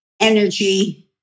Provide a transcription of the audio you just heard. energy